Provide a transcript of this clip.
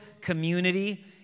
community